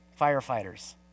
Firefighters